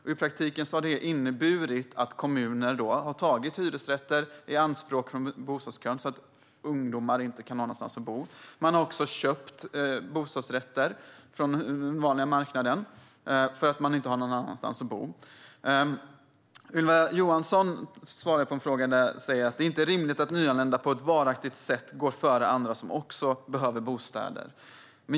I praktiken har det inneburit att kommuner har tagit hyresrätter i anspråk från bostadskön så att ungdomar inte kan ha någonstans att bo. Man har också köpt bostadsrätter från den vanliga marknaden för att människor inte har någon annanstans att bo. Ylva Johansson svarade på en fråga där jag säger att det inte är rimligt att nyanlända på ett varaktigt sätt går före andra som också behöver bostäder.